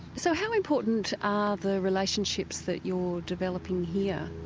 so how important are the relationships that you're developing here?